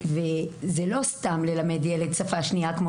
זה לא סתם ללמד ילד שפה שנייה כמו